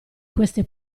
queste